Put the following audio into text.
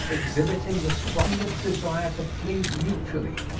exhibiting the strongest desire to please mutually,